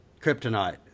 kryptonite